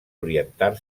orientar